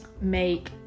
make